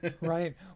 Right